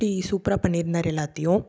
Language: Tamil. அப்படி சூப்பராக பண்ணி இருந்தார் எல்லாத்தையும்